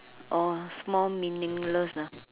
orh small meaningless ah